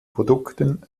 produkten